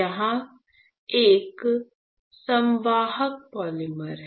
यह एक संवाहक पॉलीमर है